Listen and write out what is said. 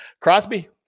Crosby